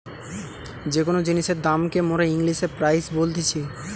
যে কোন জিনিসের দাম কে মোরা ইংলিশে প্রাইস বলতিছি